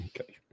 Okay